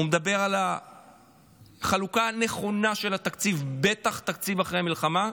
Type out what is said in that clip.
הוא מדבר על החלוקה הנכונה של התקציב ובטח תקציב אחרי המלחמה.